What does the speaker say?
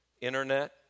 internet